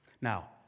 Now